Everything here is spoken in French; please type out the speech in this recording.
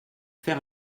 faire